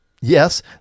Yes